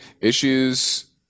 issues